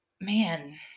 man